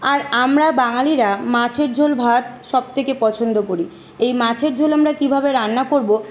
আর আমরা বাঙালিরা মাছের ঝোল ভাত সবথেকে পছন্দ করি এই মাছের ঝোল আমরা কীভাবে রান্না করবো